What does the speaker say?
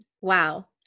Wow